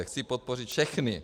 Chci podpořit všechny.